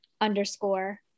underscore